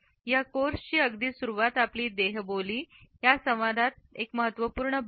या कोर्सची अगदी सुरुवात आपली देहबोली ही संवादात एक महत्त्वपूर्ण बाब आहे